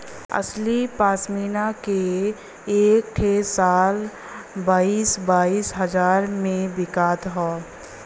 असली पश्मीना के एक ठे शाल बाईस बाईस हजार मे बिकत हौ